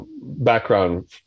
background